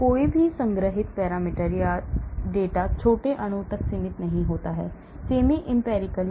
कोई भी संग्रहीत पैरामीटर या डेटा छोटे अणुओं तक सीमित नहीं होता है